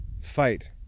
fight